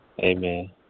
Amen